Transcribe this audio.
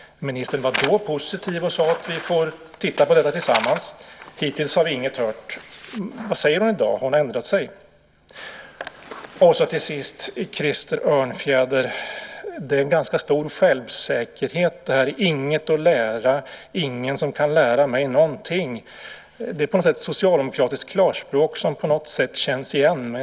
Ministern var då positiv och sade att vi får titta på detta tillsammans. Hittills har vi inget hört. Vad säger hon i dag? Har hon ändrat sig? Till sist vänder jag mig till Krister Örnfjäder. Du visar en ganska stor självsäkerhet: Det är inget att lära; ingen kan lära mig någonting. Det är på något sätt socialdemokratiskt klarspråk som känns igen.